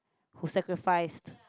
who sacrificed